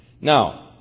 Now